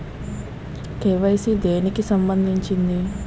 KYC దేనికి సంబందించింది?